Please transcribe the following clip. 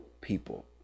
people